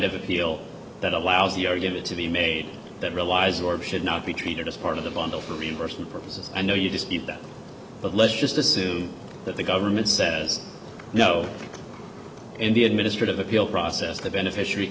of appeal that allows your give it to be made that relies or should not be treated as part of the bundle for reimbursement purposes i know you just keep that but let's just assume that the government says no in the administrative appeal process the beneficiary